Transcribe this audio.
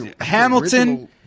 Hamilton